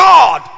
God